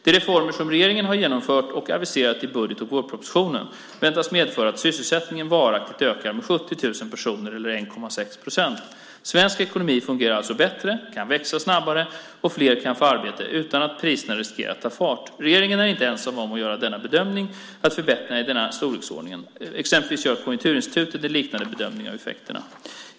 De reformer som regeringen har genomfört och aviserat i budget och vårpropositionen väntas medföra att sysselsättningen varaktigt ökar med 70 000 personer eller 1,6 procent. Svensk ekonomi fungerar alltså bättre och kan växa snabbare, och fler kan få arbete utan att priserna riskerar att ta fart. Regeringen är inte ensam om att göra bedömningen att förbättringarna är i denna storleksordning. Exempelvis gör Konjunkturinstitutet en liknande bedömning av effekterna.